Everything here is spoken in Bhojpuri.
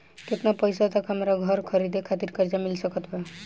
केतना पईसा तक हमरा घर खरीदे खातिर कर्जा मिल सकत बा?